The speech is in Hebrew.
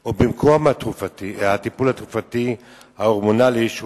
או במקום הטיפול התרופתי ההורמונלי,